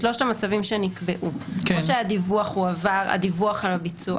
בשלושת המצבים שנקבעו: הדיווח על ביצוע